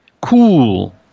Cool